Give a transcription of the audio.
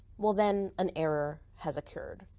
well then an error has occurred,